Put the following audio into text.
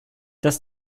dass